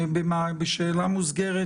בשאלה מוסגרת,